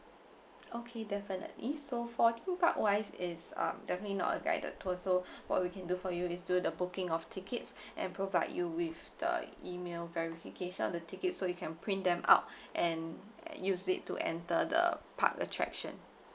okay definitely so for theme park wise it's um definitely not a guided tour so what we can do for you is do the booking of tickets and provide you with the email verification of the tickets so you can print them out and and use it to enter the park attraction